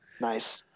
Nice